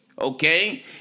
okay